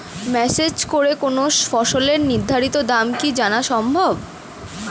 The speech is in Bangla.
মেসেজ করে কোন ফসলের নির্ধারিত দাম কি জানা সম্ভব?